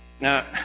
Now